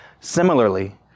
Similarly